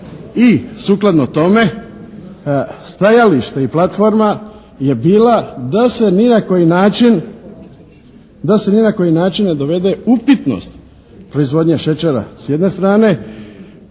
I sukladno tome stajalište i platforma je bila da se ni na koji način, da se ni na koji način ne dovede upitnost proizvodnje šećera s jedne strane